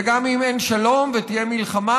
וגם אם אין שלום ותהיה מלחמה,